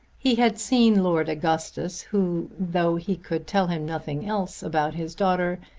he had seen lord augustus who, though he could tell him nothing else about his daughter,